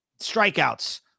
strikeouts